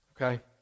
Okay